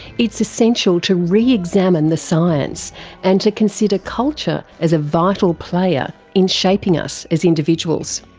it's essential to re-examine the science and to consider culture as a vital player in shaping us as individuals.